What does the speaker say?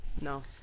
No